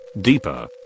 Deeper